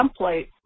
template